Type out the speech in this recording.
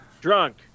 drunk